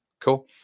Cool